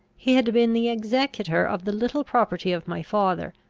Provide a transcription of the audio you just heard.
he had been the executor of the little property of my father,